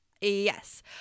Yes